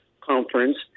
conference